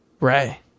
Ray